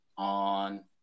On